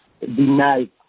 denied